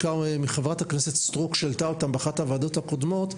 בעיקר מחברת הכנסת סטרוק שהעלתה אותם באחת הישיבות הקודמות,